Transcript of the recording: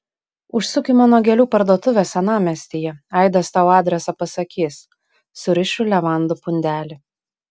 užsuk į mano gėlių parduotuvę senamiestyje aidas tau adresą pasakys surišiu levandų pundelį